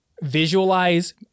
visualize